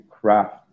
craft